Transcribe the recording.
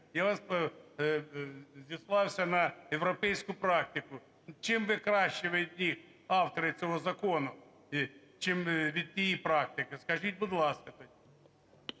Я вас… Зіслався на європейську практику. Чим ви краще від них, автори цього закону, чим від тієї практики, скажіть, будь ласка, тоді.